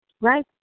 Right